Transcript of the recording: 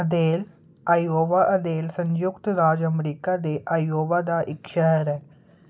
Adel Iowa Adel ਸੰਯੁਕਤ ਰਾਜ ਅਮਰੀਕਾ ਦੇ ਆਇਓਵਾ ਦਾ ਇੱਕ ਸ਼ਹਿਰ ਹੈ